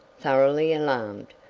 thoroughly alarmed.